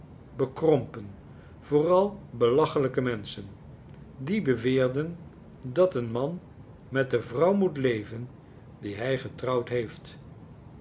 bekrompen vooral belachelijke menschen die beweerden dat een man met de vrouw moet leven die hij getrouwd heeft